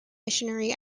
missionary